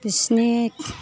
बिसिनि